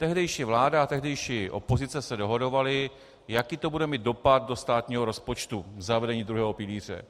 Tehdejší vláda a tehdejší opozice se dohadovaly, jaký to bude mít dopad do státního rozpočtu zavedení druhého pilíře.